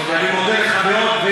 אני מודה לך מאוד,